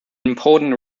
important